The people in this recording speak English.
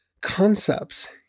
concepts